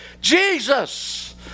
Jesus